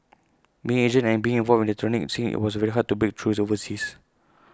being Asian and being involved in the electronic scene IT was very hard to break through overseas